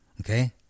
okay